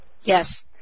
Yes